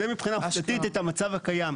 זה מבחינה עובדתית על המצב הקיים.